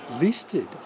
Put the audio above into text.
listed